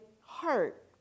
heart